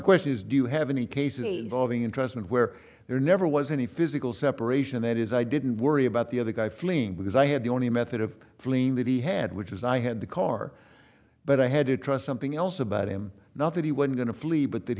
question is do you have any cases of entrancement where there never was any physical separation that is i didn't worry about the other guy fleeing because i had the only method of fleeing that he had which is i had the car but i had to try something else about him not that he won going to flee but that